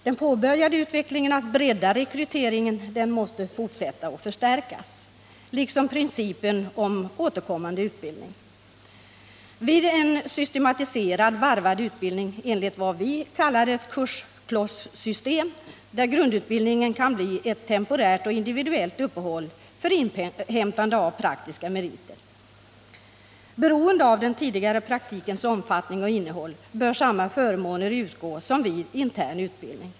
Den påbörjade utvecklingen att bredda rekryteringen måste fortsätta och förstärkas, liksom man måste fortsätta att följa principen om återkommande utbildning vid en systematiserad varvad utbildning enligt vad vi kallar ett kursklossystem, där grundutbildningen kan bli ett temporärt och individuellt uppehåll för inhämtande av praktiska meriter. Beroende av den tidigare praktikens omfattning och innehåll bör samma förmåner utgå som vid intern utbildning.